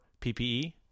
PPE